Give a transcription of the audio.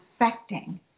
affecting